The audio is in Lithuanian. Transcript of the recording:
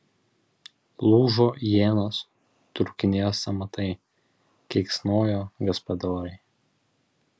lūžo ienos trūkinėjo sąmatai keiksnojo gaspadoriai